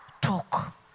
talk